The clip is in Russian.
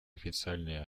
официальные